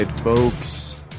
Folks